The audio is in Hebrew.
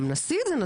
גם נשיא זה נשיא.